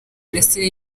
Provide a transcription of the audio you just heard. imirasire